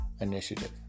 initiative